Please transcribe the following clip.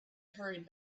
hurried